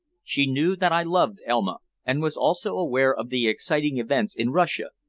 she knew that i loved elma and was also aware of the exciting events in russia,